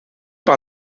par